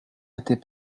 était